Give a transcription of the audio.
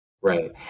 Right